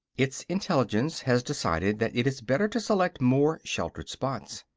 its intelligence has decided that it is better to select more sheltered spots.